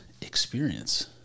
experience